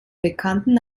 bekannten